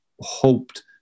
hoped